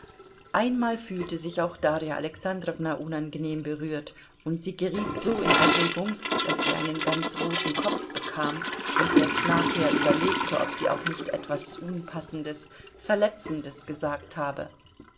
einmal fühlte sich auch darja alexandrowna unangenehm berührt und sie geriet so in erregung daß sie einen ganz roten kopf bekam und erst nachher überlegte ob sie auch nicht etwas unpassendes verletzendes gesagt habe